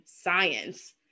science